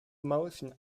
motion